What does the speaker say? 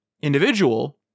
individual